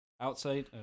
outside